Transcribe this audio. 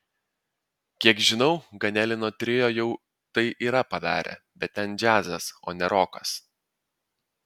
kiek žinau ganelino trio jau tai yra padarę bet ten džiazas o ne rokas